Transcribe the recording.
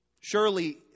surely